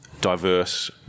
diverse